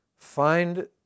find